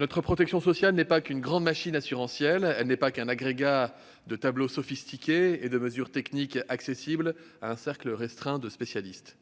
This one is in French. Notre protection sociale n'est pas qu'une grande machine assurantielle ou un agrégat de tableaux sophistiqués et de mesures techniques accessibles à un cercle restreint de spécialistes.